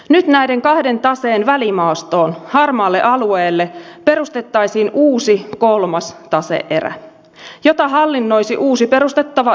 nyt näiden kahden taseen välimaastoon harmaalle alueelle perustettaisiin uusi kolmas tase erä jota hallinnoisi uusi perustettava yhtiö